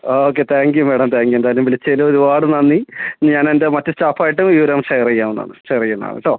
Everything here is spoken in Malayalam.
ആ ഓക്കെ താങ്ക്യൂ മാഡം താങ്ക്യൂ എന്തായാലും വിളിച്ചതിന് ഒരുപാട് നന്ദി ഞാൻ എൻ്റെ മറ്റ് സ്റ്റാഫായിട്ടും വിവരങ്ങൾ ഷെയർ ചെയ്യാവുന്നതാണ് ഷെയർ ചെയ്യുന്നതാണ് കേട്ടോ